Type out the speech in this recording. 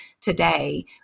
today